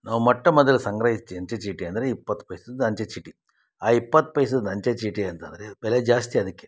ನಾವು ಮೊಟ್ಟ ಮೊದಲು ಸಂಗ್ರಹಿಸಿ ಅಂಚೆ ಚೀಟಿ ಅಂದರೆ ಇಪ್ಪತ್ತು ಪೈಸದ್ದು ಅಂಚೆ ಚೀಟಿ ಆ ಇಪ್ಪತ್ತು ಪೈಸದ ಅಂಚೆ ಚೀಟಿ ಅಂತಂದರೆ ಬೆಲೆ ಜಾಸ್ತಿ ಅದಕ್ಕೆ